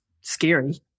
scary